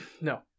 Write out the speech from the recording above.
No